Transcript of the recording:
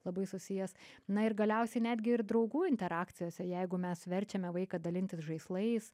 labai susijęs na ir galiausiai netgi ir draugų interakcijose jeigu mes verčiame vaiką dalintis žaislais